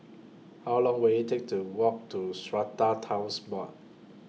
How Long Will IT Take to Walk to Strata Titles Board